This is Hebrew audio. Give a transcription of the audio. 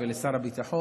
לשר הביטחון,